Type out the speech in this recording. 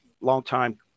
longtime